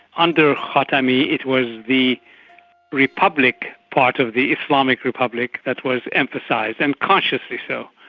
under khatami it was the republic part of the islamic republic that was emphasised and cautiously so,